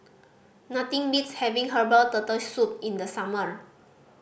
nothing beats having herbal Turtle Soup in the summer